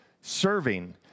serving